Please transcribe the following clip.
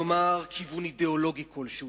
נאמר כיוון אידיאולוגי כלשהי,